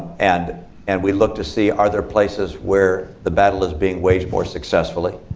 and and we look to see, are there places where the battle is being waged more successfully?